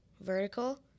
vertical